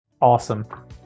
Awesome